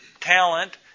talent